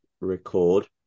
record